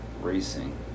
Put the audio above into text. racing